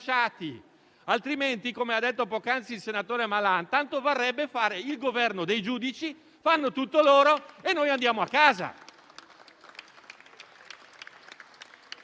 altrimenti - come ha detto poc'anzi il senatore Malan - tanto varrebbe fare il governo dei giudici: fanno tutto loro e noi andiamo a casa.